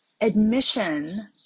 admission